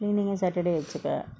cleaning on saturday வச்சுக்க:vachukka